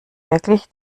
wirklich